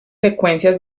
secuencias